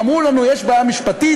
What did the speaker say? אמרו לנו: יש בעיה משפטית.